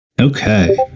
Okay